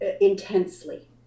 intensely